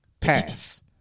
pass